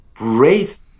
raised